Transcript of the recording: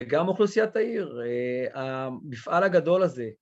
וגם אוכלוסיית העיר, המפעל הגדול הזה.